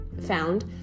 found